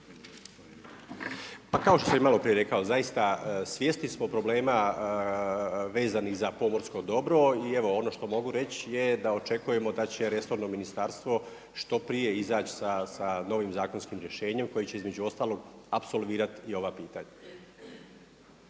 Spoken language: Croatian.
Pa kao što sam i malo prije rekao zaista svjesni smo problema vezanih za pomorsko dobro. I evo, ono što mogu reći je da očekujemo da će resorno ministarstvo što prije izaći sa novim zakonskim rješenjem koje će između ostalog apsolvirati i ova pitanja.